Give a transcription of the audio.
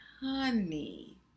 honey